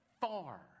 far